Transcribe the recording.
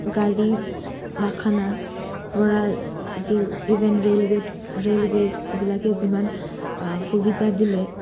গাড়ী পৰা যটো ইভেন এইবিলাকে যিমান সুবিধা দিলে